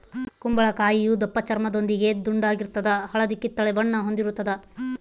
ಕುಂಬಳಕಾಯಿಯು ದಪ್ಪಚರ್ಮದೊಂದಿಗೆ ದುಂಡಾಗಿರ್ತದ ಹಳದಿ ಕಿತ್ತಳೆ ಬಣ್ಣ ಹೊಂದಿರುತದ